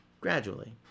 Gradually